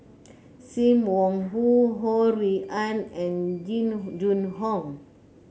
Sim Wong Hoo Ho Rui An and Jing Jun Hong